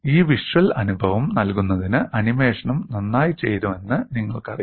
ഈ വിഷ്വൽ അനുഭവം നൽകുന്നതിന് ആനിമേഷനും നന്നായി ചെയ്തുവെന്ന് നിങ്ങൾക്കറിയാം